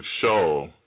show